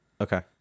okay